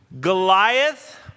Goliath